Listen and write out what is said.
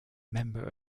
member